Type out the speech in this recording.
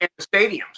stadiums